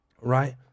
Right